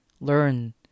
learn